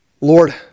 Lord